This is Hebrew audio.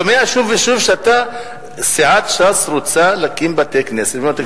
שומע שוב ושוב שסיעת ש"ס רוצה להקים בתי-כנסת.